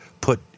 put